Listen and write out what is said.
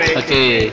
okay